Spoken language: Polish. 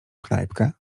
knajpkę